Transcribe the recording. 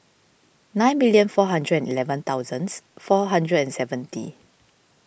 nine million four hundred and eleven thousands four hundred and seventy